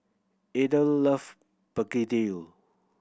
Ethyl love begedil